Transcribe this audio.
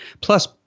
Plus